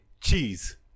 cheese